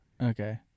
Okay